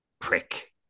prick